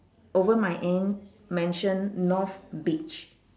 over my end mention north beach